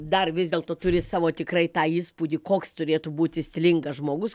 dar vis dėlto turi savo tikrai tą įspūdį koks turėtų būti stilingas žmogus